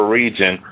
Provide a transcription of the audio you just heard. region